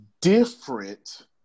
different